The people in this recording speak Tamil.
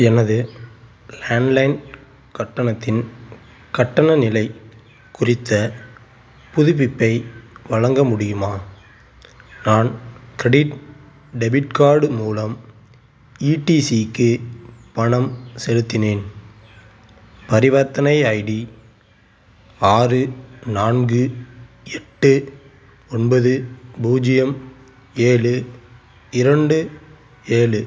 எனது லேண்ட்லைன் கட்டணத்தின் கட்டண நிலை குறித்த புதுப்பிப்பை வழங்க முடியுமா நான் க்ரெடிட் டெபிட் கார்டு மூலம் ஈடிசிக்கு பணம் செலுத்தினேன் பரிவர்த்தனை ஐடி ஆறு நான்கு எட்டு ஒன்பது பூஜ்ஜியம் ஏழு இரண்டு ஏழு